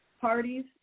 parties